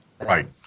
Right